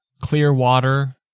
Clearwater